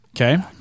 Okay